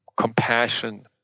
compassion